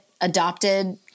adopted